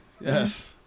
Yes